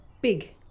big